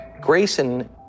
Grayson